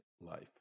life